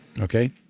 Okay